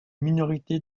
minorité